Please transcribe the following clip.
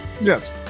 Yes